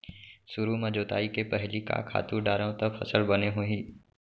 सुरु म जोताई के पहिली का खातू डारव त फसल बने होही?